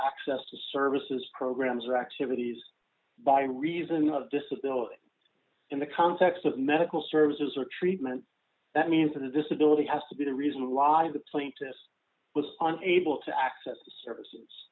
access to services programs or activities by reason of disability in the context of medical services or treatment that means for the disability has to be the reason why the plaintiffs was on able to access services